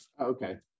Okay